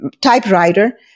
typewriter